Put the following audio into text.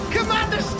Commander